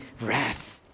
wrath